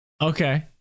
Okay